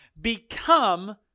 become